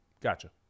Gotcha